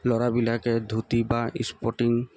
ল'ৰাবিলাকে ধুতি বা স্পৰ্টিং